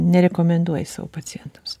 nerekomenduoji savo pacientams